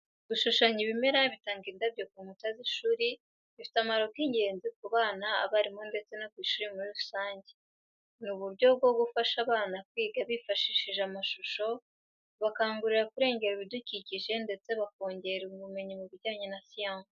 Gushushanya ibimera bitanga indabyo ku nkuta z’ishuri bifite akamaro k’ingenzi ku bana, abarimu ndetse no ku ishuri muri rusange. Ni uburyo bwo gufasha abana kwiga bifashishije amashusho, kubakangurira kurengera ibidukikije ndetse bakongera ubumenyi mu bijyanye na siyansi.